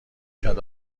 کرد